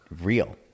real